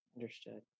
Understood